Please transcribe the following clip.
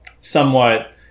somewhat